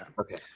Okay